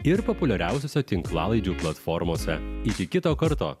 ir populiariausiose tinklalaidžių platformose iki kito karto